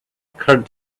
occurred